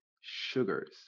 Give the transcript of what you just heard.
Sugars